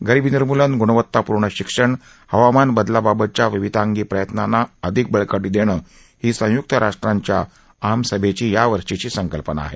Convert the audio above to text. गरिबी निर्मूलन गुणवत्तापूर्ण शिक्षण हवामान बदलाबाबतच्या विविधांगी प्रयत्नांना अधिक बळकटी देणं ही संयुक्त राष्ट्रांच्या आमसभेची यावर्षीची संकल्पना आहे